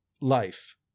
life